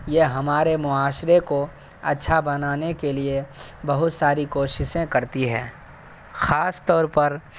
یہ ہمارے معاشرے کو اچھا بنانے کے لیے بہت ساری کوششیں کرتی ہے خاص طور پر